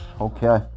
okay